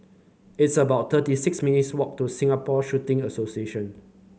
it's about thirty six minutes' walk to Singapore Shooting Association